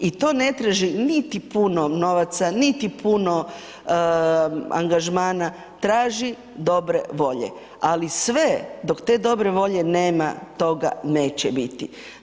I to ne traži niti puno novaca, niti puno angažmana, traži dobre volje ali sve dok te dobre volje nema, toga neće biti.